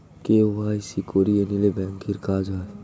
KYC করিয়ে নিলে ব্যাঙ্কের কাজ হয়